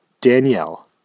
Danielle